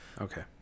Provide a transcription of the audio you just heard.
Okay